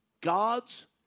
God's